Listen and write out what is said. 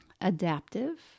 adaptive